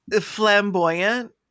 Flamboyant